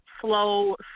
slow